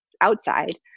outside